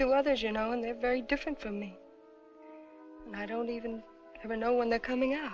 two others you know they're very different from me and i don't even know when they're coming out